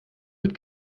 mit